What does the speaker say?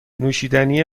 نوشیدنی